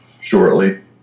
shortly